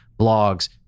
blogs